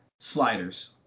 Sliders